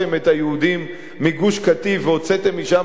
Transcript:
היהודים מגוש-קטיף והוצאתם משם את צה"ל,